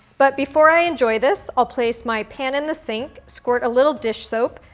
but before i enjoy this, i'll place my pan in the sink, squirt a little dish soap,